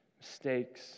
mistakes